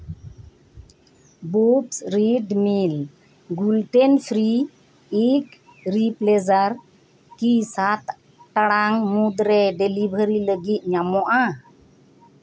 ᱵᱩᱴᱥ ᱨᱤᱰ ᱢᱤᱞ ᱜᱩᱞᱴᱮᱞ ᱯᱷᱤᱨᱤ ᱤᱜ ᱨᱤ ᱯᱞᱮᱡᱟᱨ ᱥᱟᱛ ᱴᱟᱲᱟᱝ ᱢᱩᱫᱨᱮ ᱰᱮᱞᱤᱵᱷᱟᱨᱤ ᱞᱟᱹᱜᱤᱫ ᱧᱟᱢᱚᱜᱼᱟ